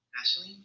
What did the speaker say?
Ashley